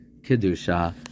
kedusha